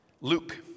Luke